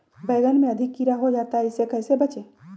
बैंगन में अधिक कीड़ा हो जाता हैं इससे कैसे बचे?